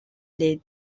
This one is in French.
les